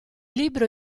libro